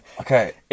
okay